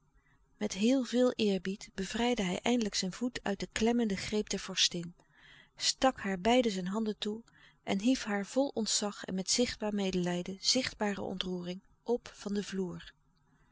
met heel veel eerbied bevrijdde hij eindelijk louis couperus de stille kracht zijn voet uit den klemmenden greep der vorstin stak haar beide zijn handen toe en hief haar vol ontzag en met zichtbaar medelijden zichtbare ontroering op van den vloer